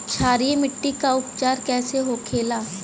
क्षारीय मिट्टी का उपचार कैसे होखे ला?